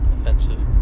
offensive